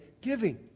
giving